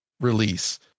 release